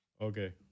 Okay